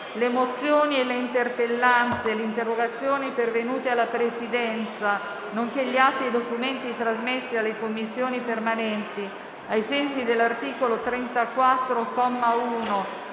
Le mozioni, le interpellanze e le interrogazioni pervenute alla Presidenza, nonché gli atti e i documenti trasmessi alle Commissioni permanenti ai sensi dell'articolo 34,